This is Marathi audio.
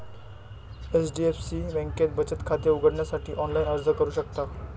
एच.डी.एफ.सी बँकेत बचत खाते उघडण्यासाठी ऑनलाइन अर्ज करू शकता